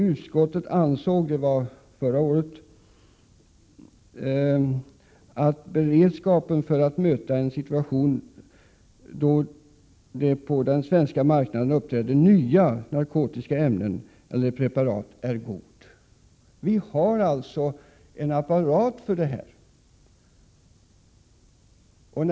Utskottet ansåg” — det var förra året — ”att beredskapen för att möta en situation då det på den svenska marknaden uppträder nya narkotiska ämnen eller preparat är god.” Vi har alltså redan byggt upp en apparat som bevakar frågan.